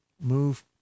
move